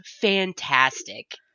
fantastic